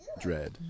dread